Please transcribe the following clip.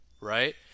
right